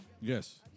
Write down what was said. Yes